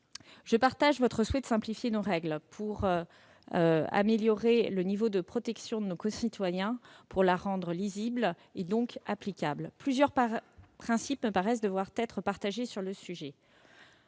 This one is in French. Je partage votre souhait de simplifier nos règles pour faire progresser le niveau de protection de nos concitoyens, pour les rendre lisibles et donc applicables. À ce titre, plusieurs principes me paraissent devoir être observés : le respect